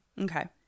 okay